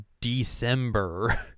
December